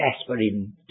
aspirin